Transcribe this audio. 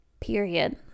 period